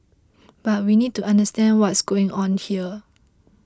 but we need to understand what's going on here